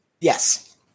Yes